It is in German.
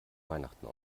weihnachten